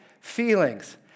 feelings